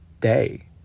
day